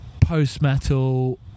post-metal